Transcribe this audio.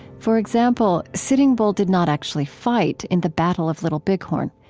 for example, sitting bull did not actually fight in the battle of little bighorn.